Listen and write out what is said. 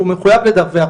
הוא מחויב לדווח,